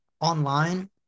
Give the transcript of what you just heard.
online